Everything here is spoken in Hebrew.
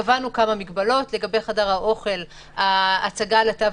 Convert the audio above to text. קבענו כמה מגבלות: לגבי חדר האוכל ההצגה של התו